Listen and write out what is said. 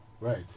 right